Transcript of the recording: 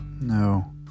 No